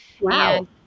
Wow